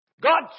God